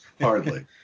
Hardly